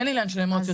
אין עניין של אמוציות.